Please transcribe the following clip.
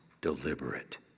deliberate